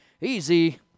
Easy